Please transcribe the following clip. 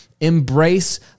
embrace